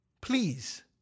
Please